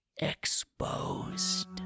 exposed